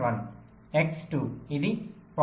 1 x 2 ఇది 0